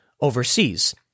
overseas